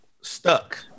Stuck